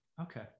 Okay